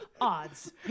odds